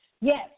Yes